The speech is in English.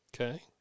Okay